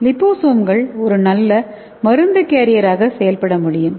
லிபோசோம்கள் ஒரு நல்ல மருந்து கேரியராக செயல்பட முடியும்